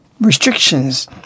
restrictions